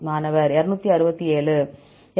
மாணவர் 267